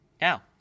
now